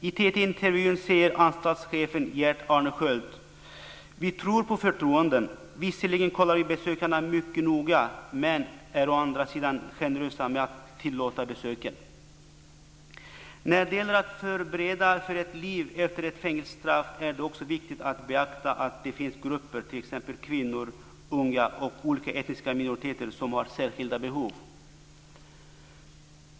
I en TT-intervju säger anstaltschefen Gert Arne Sköld: "Vi tror på förtroenden. Visserligen kollar vi besökarna mycket noga, men är å andra sidan generösa med att tillåta besöken." När det gäller att förbereda för ett liv efter ett fängelsestraff är det också viktigt att beakta att det finns grupper, t.ex. kvinnor, unga och olika etniska minoriteter, som har särskilda behov.